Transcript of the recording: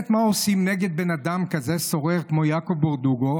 מה עושים נגד בן אדם כזה סורר כמו יעקב ברדוגו?